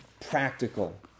practical